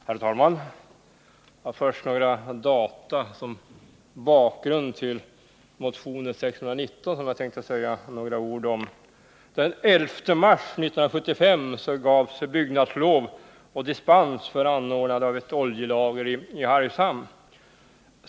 Herr talman! Först några data som bakgrund till motion 619, om vilken jag tänker säga några ord.